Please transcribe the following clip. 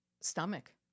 stomach